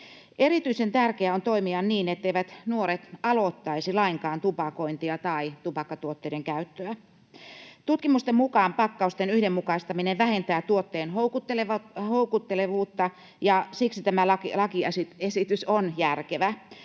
Erityisen tärkeää on toimia niin, etteivät nuoret aloittaisi lainkaan tupakointia tai tupakkatuotteiden käyttöä. Tutkimusten mukaan pak-kausten yhdenmukaistaminen vähentää tuotteen houkuttelevuutta, ja siksi tämä lakiesitys on järkevä.